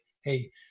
Hey